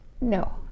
No